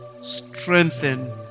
strengthen